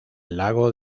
lago